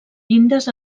llindes